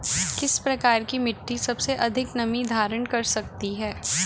किस प्रकार की मिट्टी सबसे अधिक नमी धारण कर सकती है?